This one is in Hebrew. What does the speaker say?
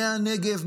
מהנגב,